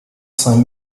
cinq